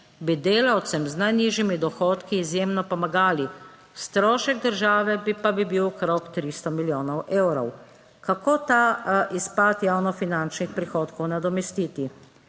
bi delavcem z najnižjimi dohodki izjemno pomagali, strošek države pa bi bil okrog 300 milijonov evrov. Kako ta izpad javnofinančnih prihodkov nadomestiti?